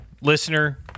listener